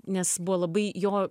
nes buvo labai jo